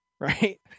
right